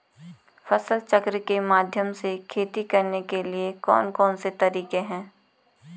फसल चक्र के माध्यम से खेती करने के लिए कौन कौन से तरीके हैं?